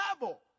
level